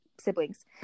siblings